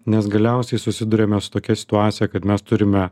nes galiausiai susiduriame su tokia situacija kad mes turime